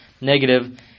negative